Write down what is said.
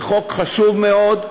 זה חוק חשוב מאוד.